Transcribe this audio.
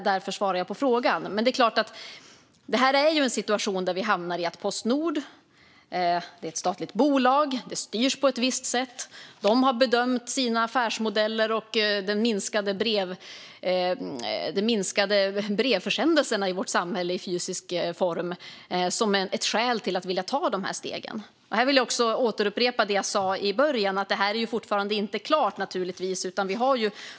Därför besvarar jag interpellationen. Postnord är ett statligt bolag som styrs på ett visst sätt. De har bedömt sina affärsmodeller och de minskade brevförsändelserna i fysisk form i vårt samhälle som skäl till att vilja ta de här stegen. Här vill jag återupprepa det jag sa i början: att det naturligtvis fortfarande inte är klart.